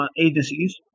agencies